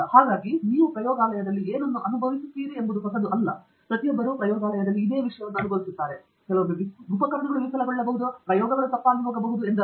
ಹಾಗಾಗಿ ನೀವು ಪ್ರಯೋಗಾಲಯದಲ್ಲಿ ಏನನ್ನು ಅನುಭವಿಸುತ್ತೀರಿ ಎಂಬುದು ಹೊಸದು ಅಲ್ಲ ಪ್ರತಿಯೊಬ್ಬರು ಪ್ರಯೋಗಾಲಯದಲ್ಲಿ ಇದೇ ವಿಷಯವನ್ನು ಅನುಭವಿಸುತ್ತಾರೆ ನಾನು ಉಪಕರಣಗಳು ವಿಫಲಗೊಳ್ಳುತ್ತದೆ ಪ್ರಯೋಗಗಳು ತಪ್ಪಾಗಿ ಹೋಗುತ್ತವೆ ಎಂದರ್ಥ